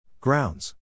Grounds